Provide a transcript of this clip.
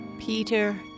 Peter